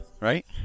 Right